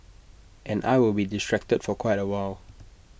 and I will be distracted for quite A while